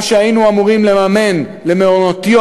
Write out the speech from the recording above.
מה שהיינו אמורים לממן למעונות-יום,